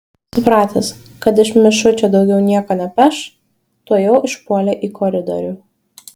supratęs kad iš mišučio daugiau nieko nepeš tuojau išpuolė į koridorių